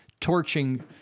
torching